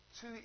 Two